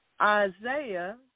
Isaiah